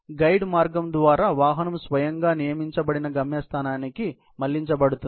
guide మార్గం ద్వారా వాహనం స్వయంగా నియమించబడిన గమ్యస్థానానికి మళ్ళించబడుతుంది